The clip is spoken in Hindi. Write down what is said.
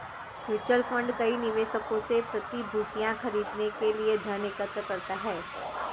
म्यूचुअल फंड कई निवेशकों से प्रतिभूतियां खरीदने के लिए धन एकत्र करता है